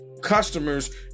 customers